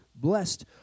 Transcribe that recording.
Blessed